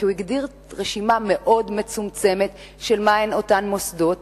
כי הוא הגדיר רשימה מאוד מצומצמת של אותם מוסדות